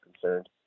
concerned